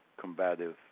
combative